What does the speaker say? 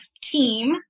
team